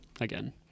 again